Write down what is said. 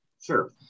Sure